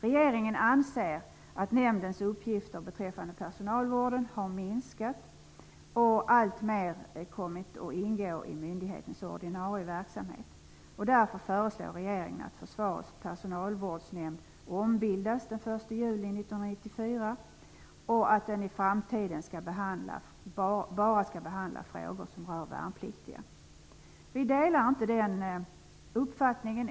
Regeringen anser att nämndens uppgifter beträffande personalvården har minskat och alltmer kommit att ingå i myndighetens ordinarie verksamhet. Därför föreslår regeringen att 1994 och att den i framtiden bara skall behandla frågor som rör värnpliktiga. Vi delar inte denna uppfattning.